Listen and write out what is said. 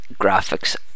graphics